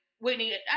Whitney